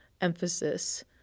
emphasis